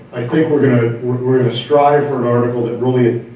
i think we're gonna, we're we're gonna strive for an article that really,